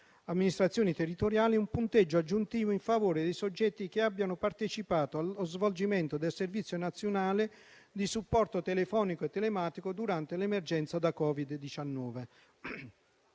amministrazioni territoriali, un punteggio aggiuntivo in favore dei soggetti che abbiano partecipato allo svolgimento del servizio nazionale di supporto telefonico e telematico durante l'emergenza da Covid-19.